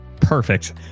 Perfect